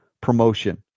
promotion